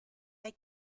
they